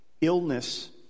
illness